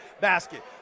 basket